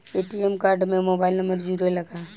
ATM card में mobile number जुरेला का?